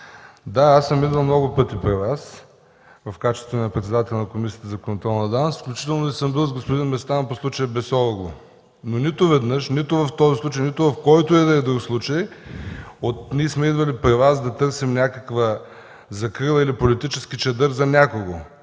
Да, аз съм идвал много пъти при Вас в качеството си на председател на Комисията за контрол на ДАНС, включително и с господин Местан по „случая Бесоолу”. Но нито веднъж – нито в този случай, нито в който и да е друг, сме идвали при Вас да търсим закрила или политически чадър за някого!